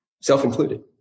self-included